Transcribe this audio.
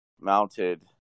mounted